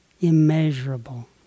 immeasurable